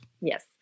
Yes